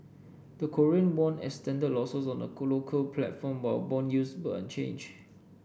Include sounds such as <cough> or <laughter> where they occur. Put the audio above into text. the Korean won extended losses on the <unintelligible> local platform while bond yields were unchanged